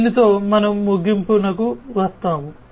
దీనితో మనం ముగింపుకు వస్తాము